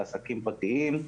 זה עסקים פרטיים.